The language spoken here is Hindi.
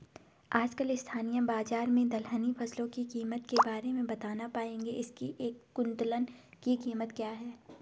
आजकल स्थानीय बाज़ार में दलहनी फसलों की कीमत के बारे में बताना पाएंगे इसकी एक कुन्तल की कीमत क्या है?